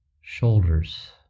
shoulders